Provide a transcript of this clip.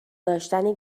داشتن